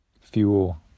fuel